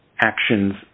actions